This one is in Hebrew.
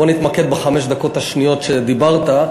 בוא נתמקד בחמש הדקות השניות שבהן דיברת,